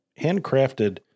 handcrafted